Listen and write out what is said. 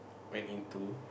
went into